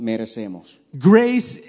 Grace